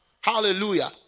Hallelujah